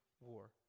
war